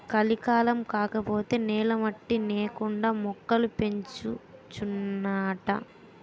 కలికాలం కాకపోతే నేల మట్టి నేకండా మొక్కలు పెంచొచ్చునాట